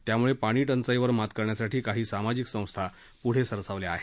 त्यामुळे पाणी टंचाई वर मात करण्यासाठी काही सामाजिक संस्था पुढे सरसावल्या आहेत